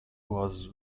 was